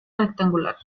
rectangular